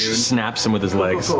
snaps them with his legs.